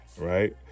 right